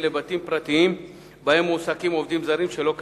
לבתים פרטיים שבהם מועסקים עובדים זרים שלא כדין.